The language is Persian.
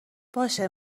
باشه